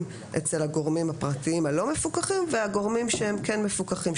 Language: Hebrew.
אצל הגורמים הפרטיים הלא מפוקחים והגורמים שהם כן מפוקחים,